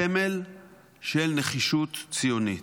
סמל של נחישות ציונית.